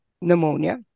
pneumonia